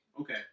Okay